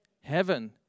heaven